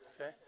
Okay